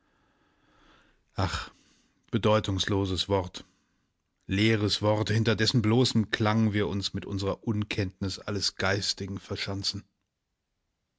bedeutungsloses wort leeres wort hinter dessen bloßem klang wir uns mit unsrer unkenntnis alles geistigen verschanzen